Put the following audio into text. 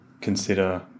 consider